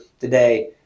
today